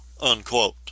unquote